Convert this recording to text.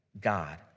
God